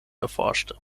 erforschte